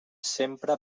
sempre